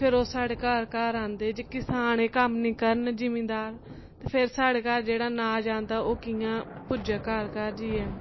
फिर ओह् स्हाड़े घर घर आंदे जे किसान एह् कम्म नी करना जिमीदार ते फिर स्हाड़े घर जेह्ड़ा अनाज आंदा ओह् कियां पुज्जग घर घर जाइयै